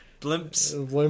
blimps